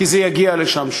כי זה יגיע לשם שוב,